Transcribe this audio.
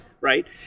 right